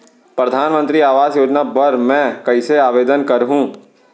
परधानमंतरी आवास योजना बर मैं कइसे आवेदन करहूँ?